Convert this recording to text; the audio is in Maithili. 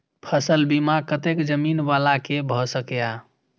फसल बीमा कतेक जमीन वाला के भ सकेया?